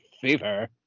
fever